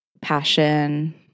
passion